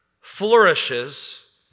flourishes